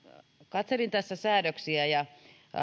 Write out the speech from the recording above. katselin tässä säädöksiä ja